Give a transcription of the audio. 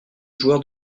joueurs